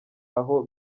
aho